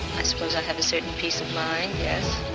i suppose i have a certain peace of mind, yes.